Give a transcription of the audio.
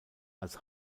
als